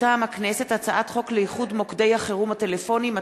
הצעת חוק לאיחוד מוקדי החירום הטלפוניים,